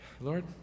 Lord